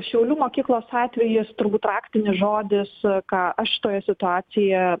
šiaulių mokyklos atvejis turbūt raktinis žodis ką aš šitoje situacijoje